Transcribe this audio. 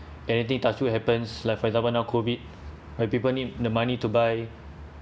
anything touch wood happens like for example now COVID where people need the money to buy